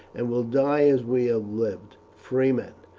and will die as we have lived, free men.